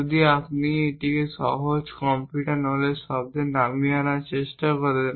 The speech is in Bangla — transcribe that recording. যদি আপনি এটিকে সহজ কম্পিউটার নলেজ শব্দে নামিয়ে আনার চেষ্টা করেন